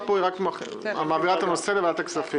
אלא רק מעבירה את לוועדת הכספים.